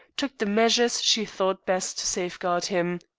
took the measures she thought best to safeguard him.